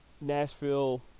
Nashville